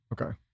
okay